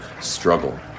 struggle